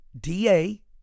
DA